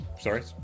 sorry